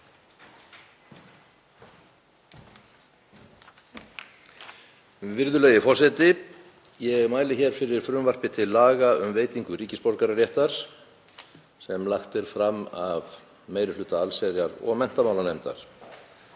Virðulegi forseti. Ég mæli hér fyrir frumvarpi til laga um veitingu ríkisborgararéttar sem lagt er fram af meiri hluta allsherjar- og menntamálanefndar.